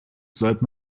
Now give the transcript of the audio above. sollte